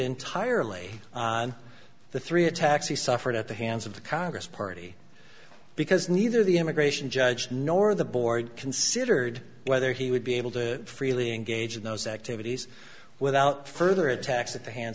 entirely on the three attacks he suffered at the hands of the congress party because neither the immigration judge nor the board considered whether he would be able to freely engage in those activities without further attacks at the hands